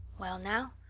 well now,